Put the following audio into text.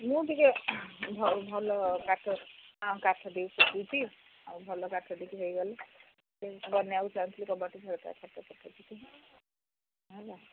ମୁଁ ଟିକେ ଭ ଭଲ କାଠ କାଠ ଟିକେ ଶୁଖାଇଛି ଆଉ ଭଲ କାଠ ଟିକେ ହେଇଗଲେ ବନାଇବାକୁ ଚାହୁଁଥିଲି କବାଟ ଝରକା ଖଟ ଫଟ କିଛି ହେଲା